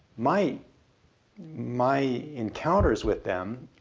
my my encounters with them